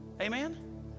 Amen